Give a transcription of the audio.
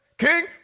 King